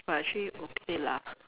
but actually okay lah